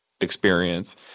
experience